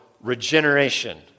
regeneration